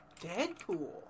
Deadpool